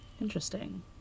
Interesting